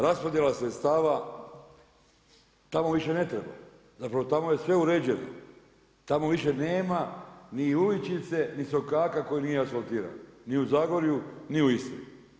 Raspodjela sredstava tamo više ne treba, zapravo tamo je se uređeno, tamo više nema ni uličice ni sokaka koji nije asfaltiran ni u Zagorju ni u Istri.